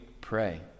pray